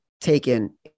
taken